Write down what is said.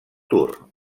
tour